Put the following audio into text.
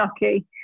lucky